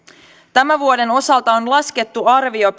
tämän vuoden osalta on laskettu arvio